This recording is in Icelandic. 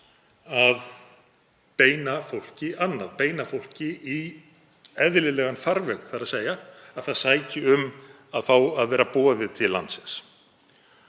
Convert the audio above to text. að beina fólki annað, beina fólki í eðlilegan farveg, þ.e. að það sæki um að fá að vera boðið til landsins.